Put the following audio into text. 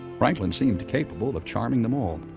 franklin seemed capable of charming them all.